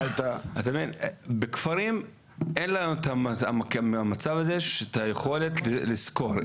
בכפרים אין לנו את המצב הזה של היכולת לשכור,